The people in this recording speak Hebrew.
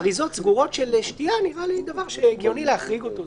אריזות סגורות של שתייה זה דבר שנראה לי הגיוני להחריג אותו,